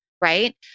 right